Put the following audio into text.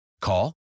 Call